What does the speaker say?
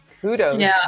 Kudos